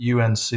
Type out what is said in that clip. UNC